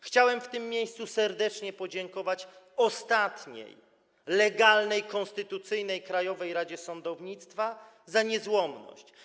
Chciałem w tym miejscu serdecznie podziękować ostatniej legalnej konstytucyjnej Krajowej Radzie Sądownictwa za niezłomność.